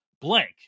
blank